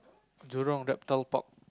Jurong-Reptile-Park